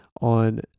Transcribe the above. on